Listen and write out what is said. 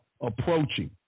approaching